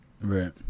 Right